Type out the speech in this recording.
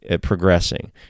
progressing